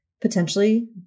potentially